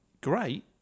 great